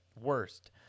worst